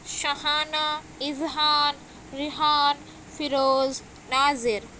Shahana Izhar Rehan Feroz Nazir